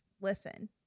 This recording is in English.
listen